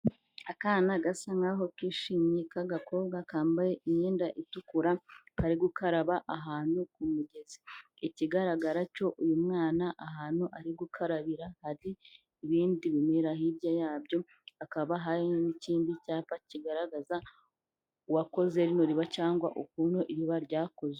Akana gasa nk'aho kishimye k'agakobwa kambaye imyenda itukura kari gukaraba ahantu ku mugezi. Ikigaragara cyo uyu mwana ahantu ari gukarabira hari ibindi bimera hirya yabyo hakaba hari n'ikindi cyapa kigaragaza uwakoze rino riba cyangwa ukuntu iriba ryakozwe.